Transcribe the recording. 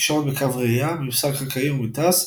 תקשורת בקו-ראייה, ממסר קרקעי או מוטס,